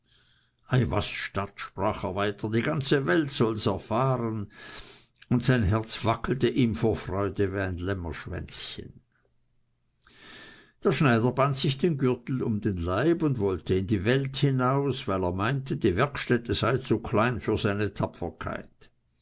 ei was stadt sprach er weiter die ganze welt solls erfahren und sein herz wackelte ihm vor freude wie ein lämmerschwänzchen der schneider band sich den gürtel um den leib und wollte in die welt hinaus weil er meinte die werkstätte sei zu klein für seine tapferkeit